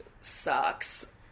sucks